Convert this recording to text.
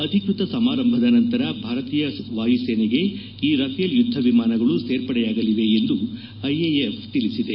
ಅಧಿಕ್ಷತ ಸಮಾರಂಭದ ನಂತರ ಭಾರತೀಯ ವಾಯುಸೇನೆಗೆ ಈ ರಫೆಲ್ ಯುದ್ದ ವಿಮಾನಗಳು ಸೇರ್ಪಡೆಯಾಗಲಿವೆ ಎಂದು ಐಎಎಫ್ ತಿಳಿಸಿದೆ